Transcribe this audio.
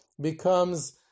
becomes